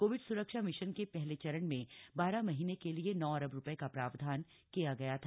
Covid स्रक्षा mission के पहले चरण में बारह महीने के लिए नौ अरब रुपये का प्रावधान किया गया था